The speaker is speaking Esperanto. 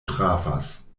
trafas